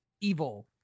evil